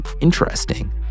interesting